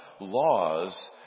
Laws